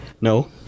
No